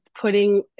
putting